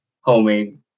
homemade